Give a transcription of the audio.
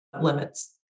limits